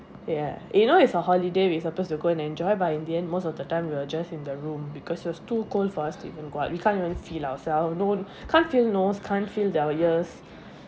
ya you know it's a holiday we supposed to go and enjoy but in the end most of the time we were just in the room because it was too cold for us to even go out we can't even feel ourselves no can't feel nose can't feel our ears